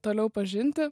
toliau pažinti